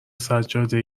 سجاده